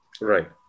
Right